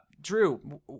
Drew